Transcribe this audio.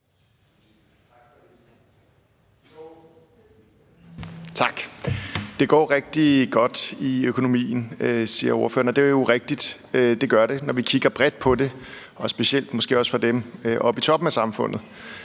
at det går rigtig godt i økonomien. Og det er jo rigtigt; det gør det, når vi kigger bredt på det, specielt måske også for dem oppe i toppen af samfundet.